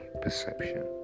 perception